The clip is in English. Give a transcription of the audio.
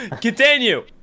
Continue